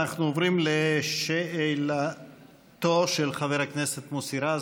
אנחנו עוברים לשאלתו של חבר הכנסת מוסי רז.